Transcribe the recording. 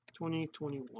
2021